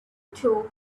took